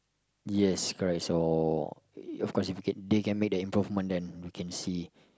yes correct so of course if they can they can make the improvement then we can see